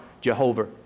Jehovah